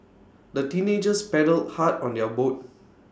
the teenagers paddled hard on their boat